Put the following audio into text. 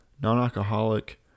non-alcoholic